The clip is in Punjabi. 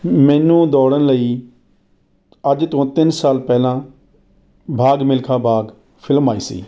ਮੈਨੂੰ ਦੌੜਨ ਲਈ ਅੱਜ ਤੋਂ ਤਿੰਨ ਸਾਲ ਪਹਿਲਾਂ ਭਾਗ ਮਿਲਖਾ ਭਾਗ ਫਿਲਮ ਆਈ ਸੀ